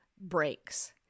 breaks